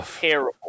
terrible